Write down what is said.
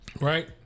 Right